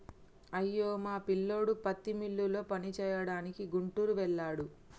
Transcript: అయ్యో మా పిల్లోడు పత్తి మిల్లులో పనిచేయడానికి గుంటూరు వెళ్ళాడు